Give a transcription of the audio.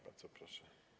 Bardzo proszę.